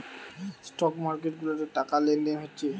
stock market গুলাতে টাকা লেনদেন হচ্ছে